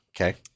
Okay